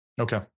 Okay